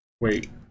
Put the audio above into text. Wait